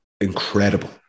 incredible